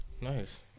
Nice